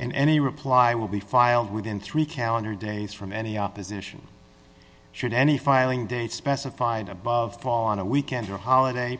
and any reply will be filed within three calendar days from any opposition should any filing date specified above fall on a weekend or holiday